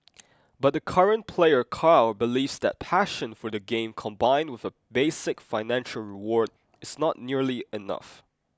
but the current player Carl believes that passion for the game combined with a basic financial reward is not nearly enough